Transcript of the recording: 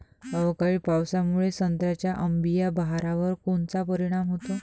अवकाळी पावसामुळे संत्र्याच्या अंबीया बहारावर कोनचा परिणाम होतो?